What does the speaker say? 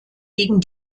gegen